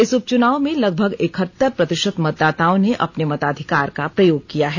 इस उपचुनाव में लगभग इकहत्तर प्रतिषत मतदाताओं ने अपने मताधिकार का प्रयोग किया है